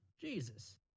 Jesus